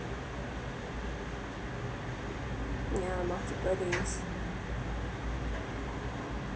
yeah multiple days